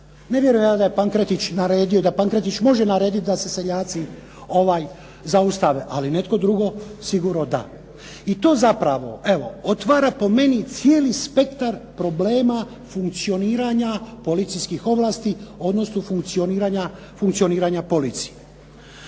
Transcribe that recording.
Ne vjerujem ja da je Pankretić naredio, da Pankretić može narediti da se seljaci zaustave, ali netko drugi sigurno da. I to zapravo, evo otvara po meni cijeli spektar problema funkcioniranja policijskih ovlasti, odnosno funkcioniranja policije.